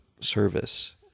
service